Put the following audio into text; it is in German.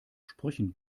sprüchen